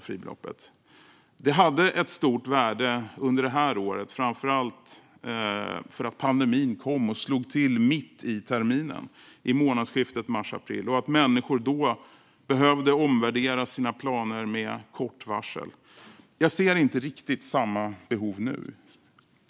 Det har varit av stort värde i år, framför allt för att pandemin kom och slog till mitt i terminen, vid månadsskiftet mars/april, då människor har behövt ändra sina planer med kort varsel. Jag ser inte riktigt samma behov nu. Fru talman!